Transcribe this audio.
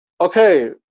okay